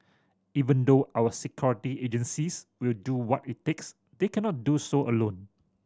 even though our security agencies will do what it takes they cannot do so alone